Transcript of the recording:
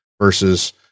versus